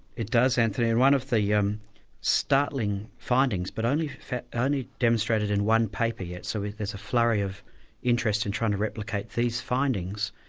it does anthony, and one of the yeah um startling findings, but only only demonstrated in one paper yet, so there's a flurry of interest in trying to replicate these findings,